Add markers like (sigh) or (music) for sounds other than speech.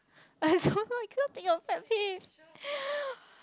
I don't know I cannot think of pet peeve (laughs)